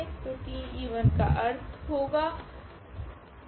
तो T e1 का अर्थ होगा 1 ओर 0